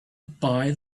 buy